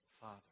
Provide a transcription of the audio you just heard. Father